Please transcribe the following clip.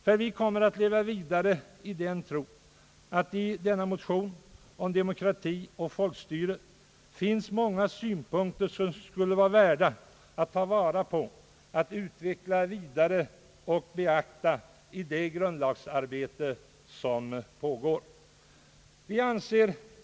Vi kommer nämligen att leva vidare i den tron, att i denna motion om demokrati och folkstyre finns många synpunkter som skulle vara värda att ta vara på, att utveckla vidare och beakta i det grundlagsarbete som pågår.